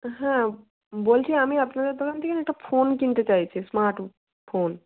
হ্যাঁ বলছি আমি আপনাদের দোকান থেকে না একটা ফোন কিনতে চাইছি স্মার্টফোন